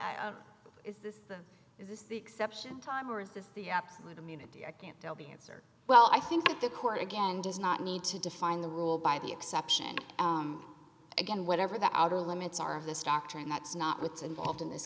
ask is this is this the exception time or is this the absolute immunity i can't tell the answer well i think that the court again does not need to define the rule by the exception again whatever the outer limits are of this doctrine that's not what's involved in this